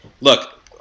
look